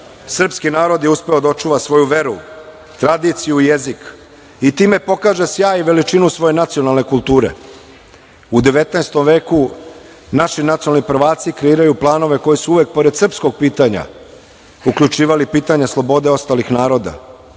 srpski narod je uspeo da očuva svoju veru, tradiciju i jezik i time pokaže sjaj i veličinu svoje nacionalne kulture.U 19. veku naši nacionalni prvaci kreiraju planove koji su uvek pored srpskog pitanja uključivali pitanja slobode ostalih naroda.